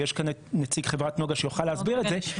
ויש כאן נציג חברת נגה שיוכל להסביר את זה,